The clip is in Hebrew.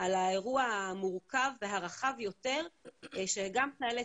על האירוע המורכב והרחב יותר שגם חיילי